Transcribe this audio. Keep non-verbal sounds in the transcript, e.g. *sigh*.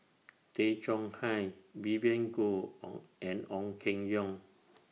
*noise* Tay Chong Hai Vivien Goh *hesitation* and Ong Keng Yong